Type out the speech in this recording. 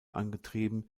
angetrieben